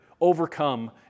overcome